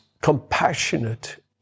compassionate